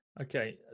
Okay